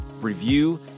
review